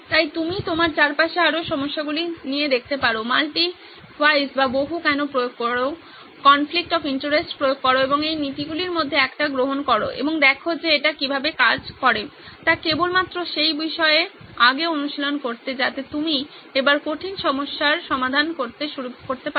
তাই আপনি আপনার চারপাশে আরও সমস্যাগুলি নিয়ে দেখতে পারেন multy whys প্রয়োগ করুন কনফ্লিকট অফ ইন্টারেস্ট প্রয়োগ করুন এবং এই নীতিগুলির মধ্যে একটি গ্রহণ করুন এবং দেখুন যে এটি কীভাবে কাজ করে তা কেবলমাত্র সেই বিষয়ে আগে অনুশীলন করতে যাতে আপনি এবার কঠিন সমস্যা সমাধান শুরু করতে পারেন